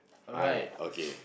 I okay